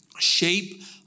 shape